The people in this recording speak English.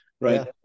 Right